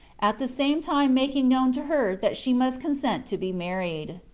at the same time making known to her that she must con sent to be married.